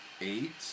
eight